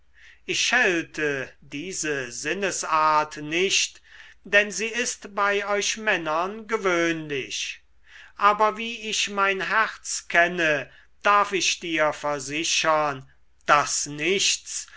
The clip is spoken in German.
ich schelte diese sinnesart nicht denn sie ist bei euch männern gewöhnlich aber wie ich mein herz kenne darf ich dir versichern daß nichts